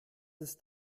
ist